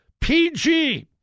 PG